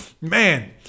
man